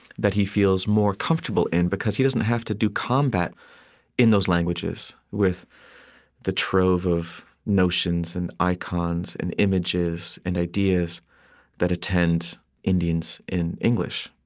that he feels more comfortable in because he doesn't have to do combat in those languages with the trove of notions and icons and images and ideas that attend indians in english.